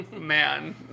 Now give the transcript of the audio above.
Man